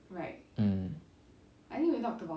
mm